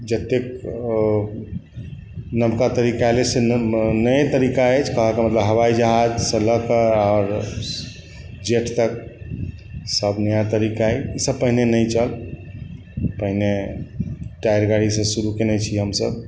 जतेक नवका तरीका एलै से नये तरीका अछि कहैके मतलब हवाइ जहाज से लऽ कऽ आओर जेट तक सभ नया तरीका अइ ईसभ पहिने नहि छल पहिने टाएर गाड़ीसँ शुरु कयने छी हमसभ